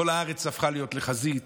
כל הארץ הפכה להיות לחזית.